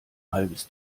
halbes